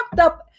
up